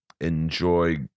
enjoy